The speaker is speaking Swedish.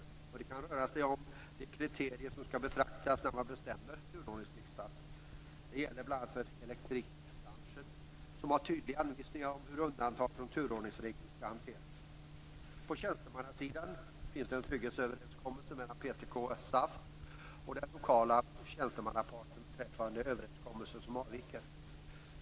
Det kan röra sig om de kriterier som skall beaktas när man bestämmer turordningslistan. Det gäller för bl.a. elektrikerbranschen, som har tydliga anvisningar om hur undantag från turordningsreglerna skall hanteras. På tjänstemannasidan finns det en trygghetsöverenskommelse mellan PTK och SAF och den lokala tjänstemannaparten beträffande överenskommelser som avviker.